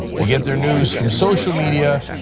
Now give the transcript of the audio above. they get their news from social media,